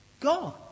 God